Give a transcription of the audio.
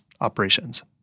operations